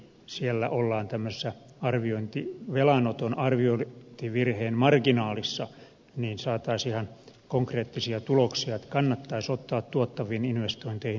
siellä ollaan tämmöisessä velanoton arviointivirheen marginaalissa että saataisiin ihan konkreettisia tuloksia joten kannattaisi ottaa tuottaviin investointeihin jopa velkaa